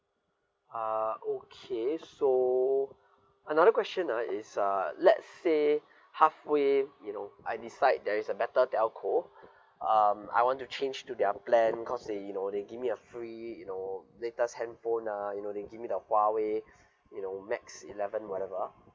uh okay so another question uh is uh let's say halfway you know I decide there is a better telco um I want to change to their plan cause they you know they give me a free you know latest handphone nah you know they give me the Huawei you know max eleven whatever